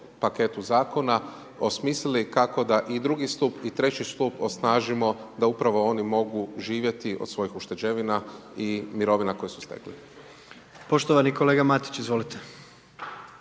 paketu zakona, osmislili kako da i 2. stup i 3. stup osnažimo da upravo oni mogu živjeti od svojih ušteđevina i mirovina koje su stekli. **Jandroković, Gordan